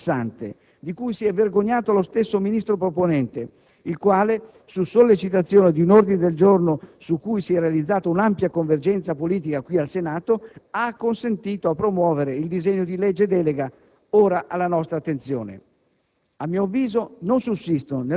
Una norma proterva e declassante, di cui si è vergognato lo stesso Ministro proponente, il quale su sollecitazione di un ordine del giorno su cui si è realizzata un'ampia convergenza politica al Senato, ha acconsentito a promuovere il disegno di legge delega ora alla nostra attenzione.